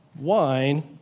wine